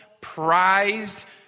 prized